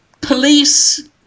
Police